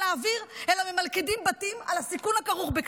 האוויר אלא ממלכדים בתים על הסיכון הכרוך בכך.